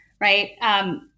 right